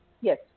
Yes